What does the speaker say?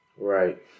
Right